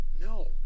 No